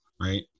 Right